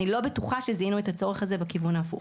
אני לא בטוחה שזיהינו את הצורך הזה בכיוון ההפוך.